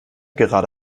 gerade